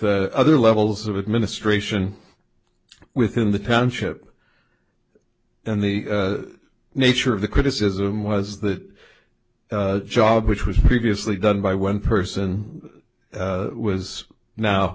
other levels of administration within the township and the nature of the criticism was that job which was previously done by one person was now